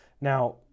Now